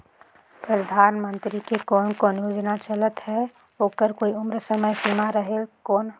परधानमंतरी के कोन कोन योजना चलत हे ओकर कोई उम्र समय सीमा रेहेल कौन?